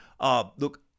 Look